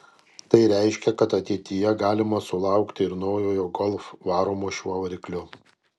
tai reiškia kad ateityje galima sulaukti ir naujojo golf varomo šiuo varikliu